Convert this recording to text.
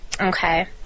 Okay